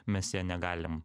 mes ja negalim